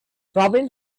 robin